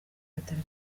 bitaro